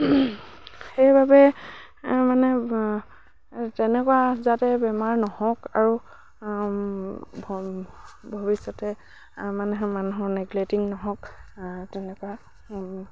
সেইবাবে মানে তেনেকুৱা যাতে বেমাৰ নহওক আৰু ভৱিষ্যতে মানে মানুহৰ নেগলেটিং নহওক তেনেকুৱা